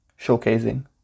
showcasing